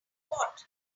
what